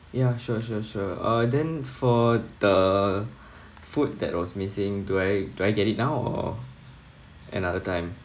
ya sure sure sure uh then for the food that was missing do I do I get it now or another time